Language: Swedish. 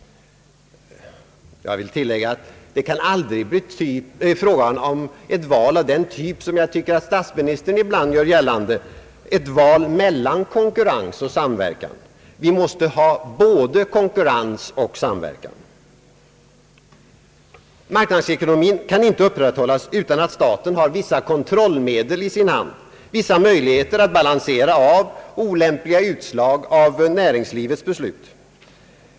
Jag vill tillägga att det aldrig kan bli fråga om ett val av den typ som t.ex. statsministern brukar framhålla, ett val mellan konkurrens och samverkan. Vi måste ha både konkurrens och samverkan. Marknadsekonomin kan inte upprätthållas utan att staten har vissa kontrollmedel i sin hand, vissa möjligheter att avbalansera olämpliga följder av näringslivets beslut.